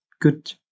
good